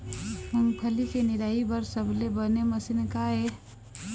मूंगफली के निराई बर सबले बने मशीन का ये?